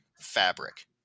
fabric